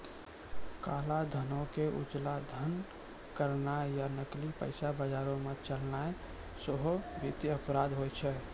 काला धनो के उजला धन करनाय या नकली पैसा बजारो मे चलैनाय सेहो वित्तीय अपराध होय छै